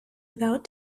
without